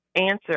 answer